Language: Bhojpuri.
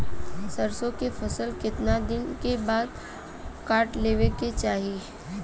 सरसो के फसल कितना दिन के बाद काट लेवे के चाही?